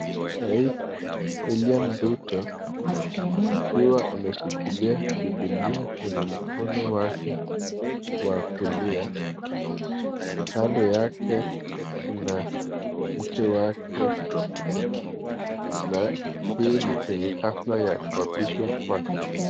Rais William Ruto akiwa ameshikilia bibilia kwenye mkono wake wa kulia. Kando yake kuna mke wake na hii ni kwenye hafla ya kuapishwa kwake.